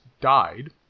died